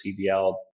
CBL